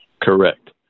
Correct